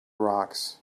rocks